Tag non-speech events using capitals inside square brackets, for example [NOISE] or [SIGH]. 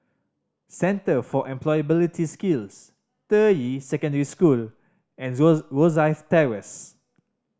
Centre for Employability Skills Deyi Secondary School and [UNINTELLIGIBLE] Rosyth Terrace